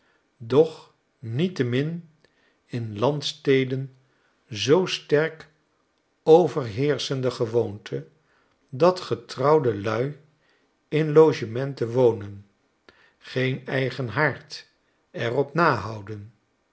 doch niettemin in landsteden zoo sterk overheerschende gewoonte dat getrouwde lui in logementen wonen geen eigen haard er op nahouden